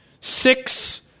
six